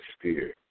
fear